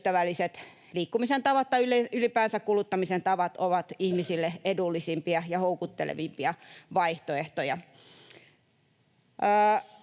ympäristöystävälliset liikkumisen tavat tai ylipäänsä kuluttamisen tavat ovat ihmisille edullisimpia ja houkuttelevimpia vaihtoehtoja.